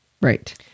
Right